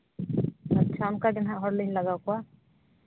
ᱚᱱᱠᱟ ᱜᱮ ᱦᱟᱸᱜ ᱦᱚᱲ ᱞᱤᱧ ᱞᱟᱜᱟᱣ ᱠᱚᱣᱟ